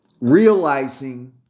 realizing